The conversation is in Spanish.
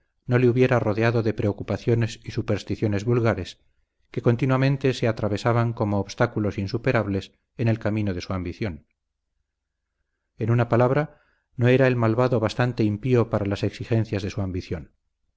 no le hubiera rodeado de preocupaciones y supersticiones vulgares que continuamente se atravesaban como obstáculos insuperables en el camino de su ambición en una palabra no era el malvado bastante impío para las exigencias de su ambición